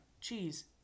cheese